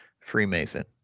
Freemason